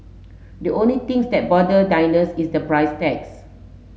the only things that bother diners is the price tags